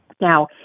Now